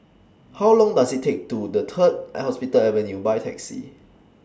How Long Does IT Take to get to Third Hospital Avenue By Taxi